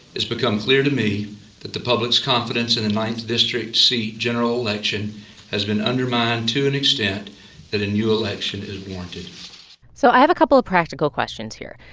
it's become clear to me that the public's confidence in the ninth district seat general election has been undermined to an extent that a new election is warranted so i have a couple of practical questions here.